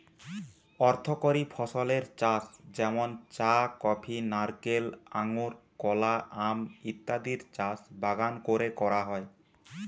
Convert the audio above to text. অর্থকরী ফসলের চাষ যেমন চা, কফি, নারকেল, আঙুর, কলা, আম ইত্যাদির চাষ বাগান কোরে করা হয়